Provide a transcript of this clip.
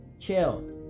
chill